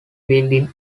building